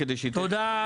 תודה.